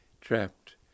trapped